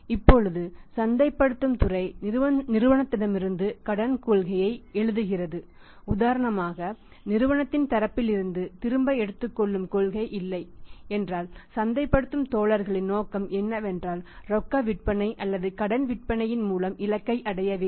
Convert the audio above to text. இப்போது சந்தைப்படுத்தும் துறை நிறுவனத்திடமிருந்து கடன் கொள்கையை எழுதுகிறது உதாரணமாக நிறுவனத்தின் தரப்பிலிருந்து திரும்ப எடுத்துக் கொள்ளும் கொள்கை இல்லை என்றால் சந்தைப்படுத்தும் தோழர்களின் நோக்கம் என்னவென்றால் ரொக்க விற்பனை அல்லது கடன் விற்பனையின் மூலம் இலக்கை அடைய வேண்டும்